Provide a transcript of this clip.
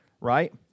right